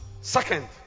Second